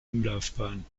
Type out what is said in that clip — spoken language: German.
umlaufbahn